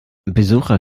besucher